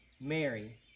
Mary